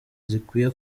zikwiye